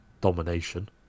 domination